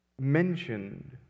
mentioned